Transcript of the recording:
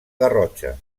garrotxa